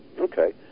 okay